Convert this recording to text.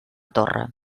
torre